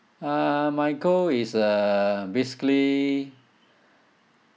uh my goal is uh basically